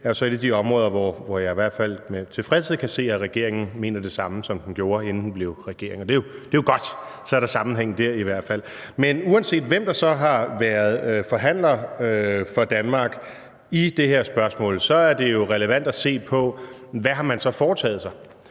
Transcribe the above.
det er jo så et af de områder, hvor jeg i hvert fald med tilfredshed kan se, at regeringen mener det samme, som den gjorde, inden den blev regering, og det er jo godt. Så er der i hvert fald en sammenhæng der. Men uanset hvem der så har været forhandlere for Danmark i det her spørgsmål, er det jo relevant at se på, hvad man så har foretaget sig.